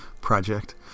project